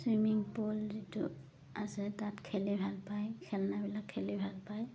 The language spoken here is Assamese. চুইমিং পুল যিটো আছে তাত খেলি ভাল পায় খেলনাবিলাক খেলি ভাল পায়